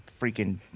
freaking